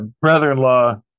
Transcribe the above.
brother-in-law